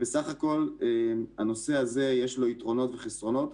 בסך הכול, לנושא הזה יש יתרונות וחסרונות.